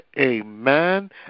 amen